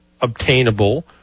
obtainable